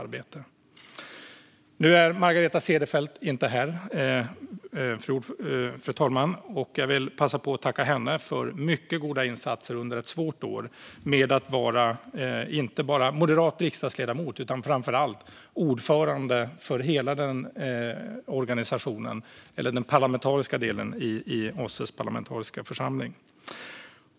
Nu är inte Margareta Cederfelt här, fru talman, men jag vill tacka henne för mycket goda insatser under ett svårt år då hon varit inte bara moderat riksdagsledamot utan framför allt ordförande för OSSE:s parlamentariska församling.